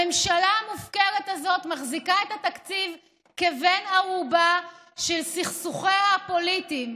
הממשלה המופקרת הזאת מחזיקה את התקציב כבן ערובה של סכסוכיה הפוליטיים,